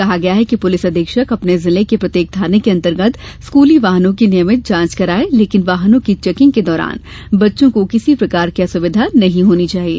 कहा गया है कि पुलिस अधीक्षक अपने जिले के प्रत्येक थाने के अंतर्गत स्कूली वाहनों की नियमित जांच कराए लेकिन वाहनों की चैकिंग के दौरान बच्चों को किसी प्रकार की असुविधा नहीं होना चाहिए